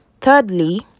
Thirdly